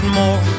more